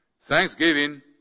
Thanksgiving